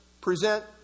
present